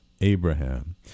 Abraham